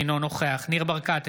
אינו נוכח ניר ברקת,